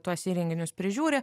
tuos įrenginius prižiūri